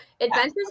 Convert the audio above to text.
adventures